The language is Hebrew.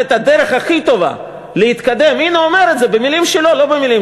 מדבר המנהיג הנבחר